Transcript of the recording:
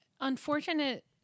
unfortunate